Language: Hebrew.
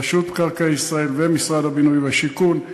רשות מקרקעי ישראל ומשרד הבינוי והשיכון,